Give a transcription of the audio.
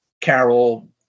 Carol